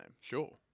Sure